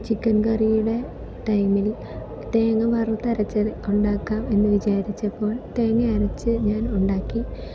chicken കറിയുടെ ടൈമിൽ തേങ്ങാ വറുത്തരച്ചത് ഉണ്ടാക്കാം എന്ന് വിചാരിച്ചാപ്പോൾ തേങ്ങ അരച്ച് ഞാൻ ഉണ്ടാക്കി